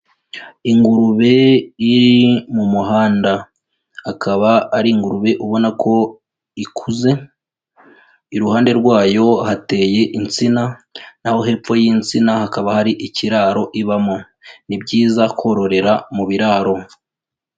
Ingurube iri mu muhanda. Akaba ari ingurube ubona ko ikuze, iruhande rwayo hateye insina, naho hepfo y'insina hakaba hari ikiraro ibamo. Ni byiza kororera mu biraro.